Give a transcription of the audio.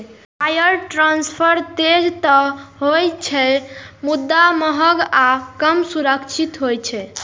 wire transfer तेज तं होइ छै, मुदा महग आ कम सुरक्षित होइ छै